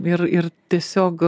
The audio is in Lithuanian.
ir ir tiesiog